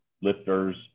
lifters